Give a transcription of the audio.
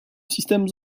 systèmes